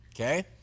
Okay